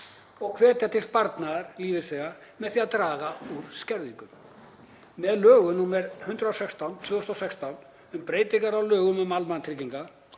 og hvetja til sparnaðar lífeyrisþega með því að draga úr skerðingum. Með lögum nr. 116/2016, um breytingar á lögum um almannatryggingar